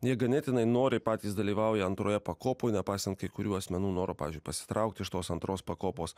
jie ganėtinai noriai patys dalyvauja antroje pakopoj nepaisant kai kurių asmenų noro pavyzdžiui pasitraukti iš tos antros pakopos